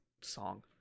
song